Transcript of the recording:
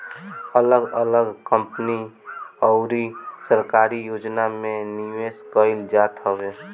अगल अलग कंपनी अउरी सरकारी योजना में निवेश कईल जात हवे